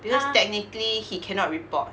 because technically he cannot report